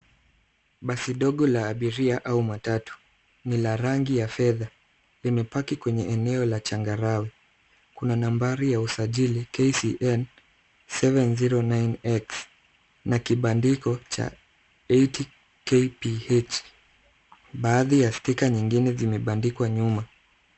Basi dogo la abiria au matatu ni la rangi ya fedha, limepaki kwenye eneo la changarawe. Kuna nambari ya usajili KCN 709X na kibandiko cha 80KPH. Baadhi ya stika nyingine zimebandikwa nyuma.